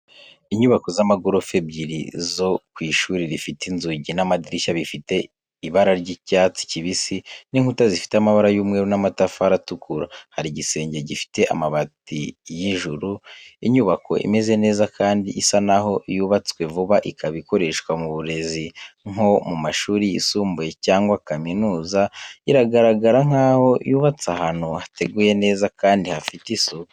Inyubako z'amagorofa ebyiri zo ku ishuri rifite inzugi n'amadirishya bifite ibara ry'icyatsi kibisi n’inkuta zifite amabara y'umweru n’amatafari atukura. Hari igisenge gifite amabati y’ijuru. Inyubako imeze neza kandi isa naho yubatswe vuba ikaba ikoreshwa mu burezi nko mu mashuri yisumbuye cyangwa kaminuza. Iragaragara nkaho yubatse ahantu hateguye neza kandi hafite isuku.